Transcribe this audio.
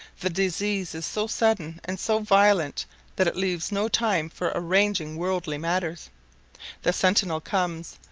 the disease is so sudden and so violent that it leaves no time for arranging worldly matters the sentinel comes,